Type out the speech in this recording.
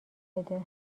بده